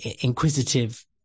inquisitive